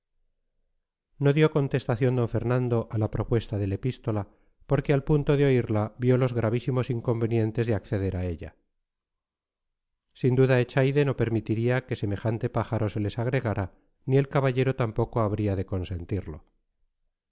no dio contestación d fernando a la propuesta del epístola porque al punto de oírla vio los gravísimos inconvenientes de acceder a ella sin duda echaide no permitiría que semejante pájaro se les agregara ni el caballero tampoco habría de consentirlo